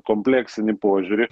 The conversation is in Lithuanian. kompleksinį požiūrį